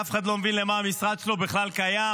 שאף אחד לא מבין למה המשרד שלו בכלל קיים,